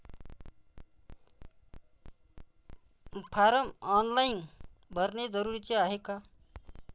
Form online भरने जरुरीचे हाय का?